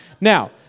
Now